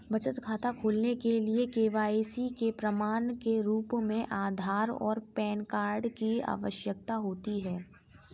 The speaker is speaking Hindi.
बचत खाता खोलने के लिए के.वाई.सी के प्रमाण के रूप में आधार और पैन कार्ड की आवश्यकता होती है